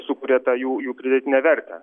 sukuria tą jų jų pridėtinę vertę